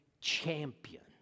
champion